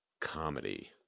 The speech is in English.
comedy